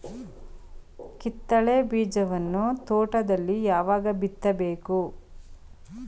ಕಿತ್ತಳೆ ಬೀಜವನ್ನು ತೋಟದಲ್ಲಿ ಯಾವಾಗ ಬಿತ್ತಬೇಕು?